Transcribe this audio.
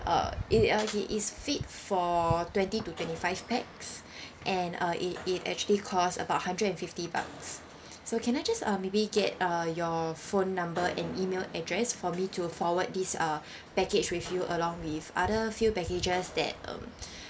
uh it uh it is fit for twenty to twenty five pax and uh it it actually costs about hundred and fifty bucks so can I just uh maybe get uh your phone number and email address for me to forward these uh package with you along with other few packages that um